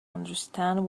understand